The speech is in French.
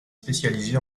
spécialisé